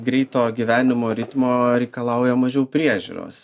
greito gyvenimo ritmo reikalauja mažiau priežiūros